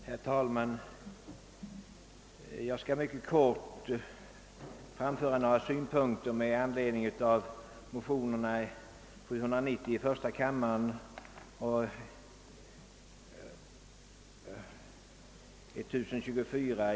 Herr talman! Jag skall mycket kortfattat framföra några synpunkter med anledning av motionsparet I:790 och II: 1024.